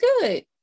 good